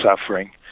suffering